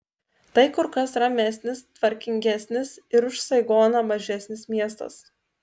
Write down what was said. tai kur kas ramesnis tvarkingesnis ir už saigoną mažesnis miestas